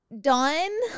done